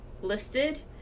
listed